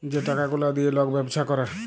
যে টাকা গুলা দিঁয়ে লক ব্যবছা ক্যরে